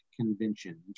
convention